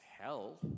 hell